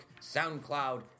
SoundCloud